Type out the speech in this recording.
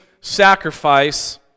sacrifice